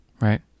Right